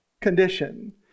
condition